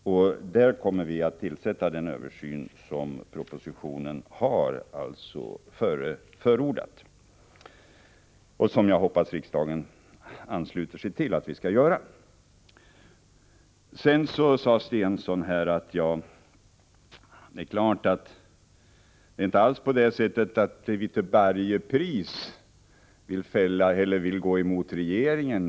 I det avseendet kommer vi att göra den översyn som propositionen har förordat. Jag hoppas att riksdagen ansluter sig till det förslaget. Börje Stensson sade: Självfallet är det inte alls så, att vi till varje pris vill gå emot regeringen.